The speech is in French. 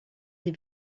des